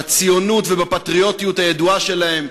בציונות ובפטריוטיות הידועה שלהם,